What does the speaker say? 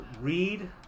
read